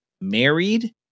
married